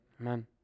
Amen